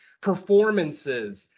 performances